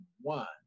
one